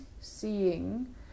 seeing